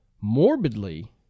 morbidly